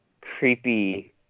creepy